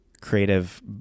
creative